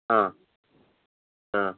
ହଁ ହଁ